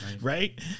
Right